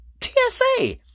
tsa